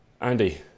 Andy